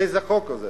איזה חוק זה?